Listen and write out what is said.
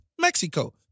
Mexico